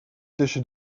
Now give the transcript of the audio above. tussen